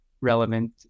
relevant